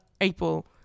April